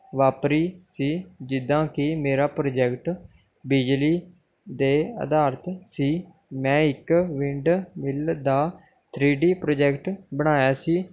ਵਾਪਰੀ ਸੀ ਜਿੱਦਾਂ ਕੀ ਮੇਰਾ ਪ੍ਰੋਜੈਕਟ ਬਿਜਲੀ ਦੇ ਅਧਾਰਤ ਸੀ ਮੈਂ ਇੱਕ ਵਿੰਡ ਮਿੱਲ ਦਾ ਥ੍ਰੀ ਡੀ ਪ੍ਰੋਜੈਕਟ ਬਣਾਇਆ ਸੀ